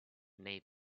nei